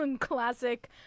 classic